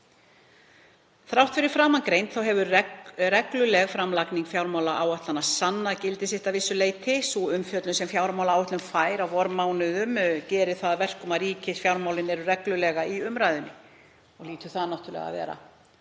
Þrátt fyrir framangreint hefur regluleg framlagning fjármálaáætlana sannað gildi sitt að vissu leyti. Sú umfjöllun sem fjármálaáætlun fær á vormánuðum gerir það að verkum að ríkisfjármálin eru reglulega í umræðunni, sem hlýtur að vera